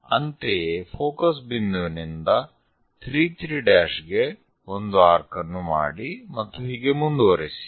ಅಂತೆಯೇ ಫೋಕಸ್ ಬಿಂದುವಿನಿಂದ 3 3 ಗೆ ಒಂದು ಆರ್ಕ್ ಅನ್ನು ಮಾಡಿ ಮತ್ತು ಹೀಗೆ ಮುಂದುವರಿಸಿ